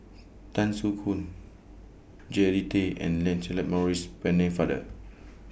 Tan Soo Khoon Jean Tay and Lancelot Maurice Pennefather